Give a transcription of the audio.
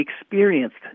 experienced